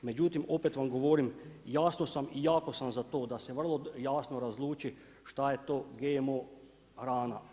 Međutim, opet vam govorim jasno sam i jako sam za to da se vrlo jasno razluči šta je to GMO hrana.